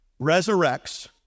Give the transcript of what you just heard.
resurrects